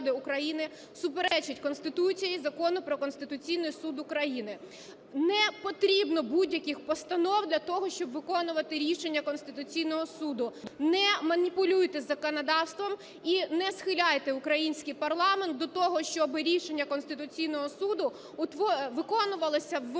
Не потрібно будь-яких постанов для того, щоб виконувати рішення Конституційного Суду. Не маніпулюйте законодавством і не схиляйте український парламент до того, щоб рішення Конституційного Суду виконувалося в ручному